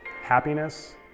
happiness